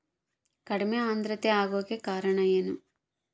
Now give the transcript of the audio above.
ಕಡಿಮೆ ಆಂದ್ರತೆ ಆಗಕ ಕಾರಣ ಏನು?